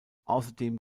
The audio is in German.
außerdem